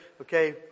Okay